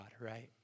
right